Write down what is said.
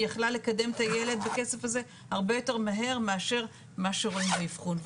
היא יכלה לקדם את הילד בכסף הזה הרבה יותר מהר מאשר מה שרואים באבחון,